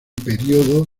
periodo